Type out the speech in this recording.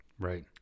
Right